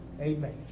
Amen